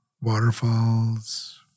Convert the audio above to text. Waterfalls